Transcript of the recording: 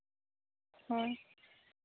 ᱦᱳᱭ